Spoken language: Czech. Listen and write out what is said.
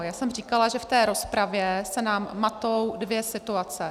Já jsem říkala, že v té rozpravě se nám matou dvě situace.